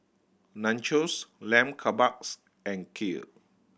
Nachos Lamb Kebabs and Kheer